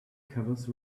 covers